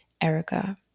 Erica